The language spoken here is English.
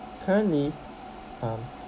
currently um